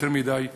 יותר מדי,